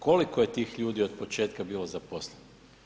Koliko je tih ljudi od početka bilo zaposleno?